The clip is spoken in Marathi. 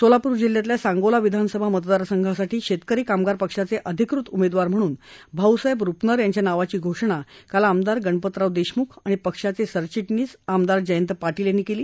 सोलापूर जिल्ह्यातल्या सांगोला विधानसभा मतदारसंघासाठी शेतकरी कामगार पक्षाचे अधिकृत उमेदवार म्हणून भाऊसाहेब रूपनर यांच्या नावाची घोषणा काल आमदार गणपतराव देशमुख आणि पक्षाचे सरचिटणीस आमदार जयंत पाटील यांनी केली